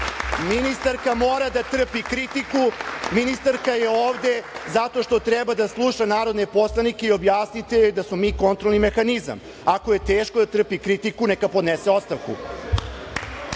Ministarka mora da trpi kritiku. Ministarka je ovde zato što treba da sluša narodne poslanike i objasnite joj da smo mi kontrolni mehanizam. Ako je teško da trpi kritiku, neka podnese ostavku.